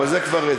היו הרבה